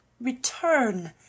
RETURN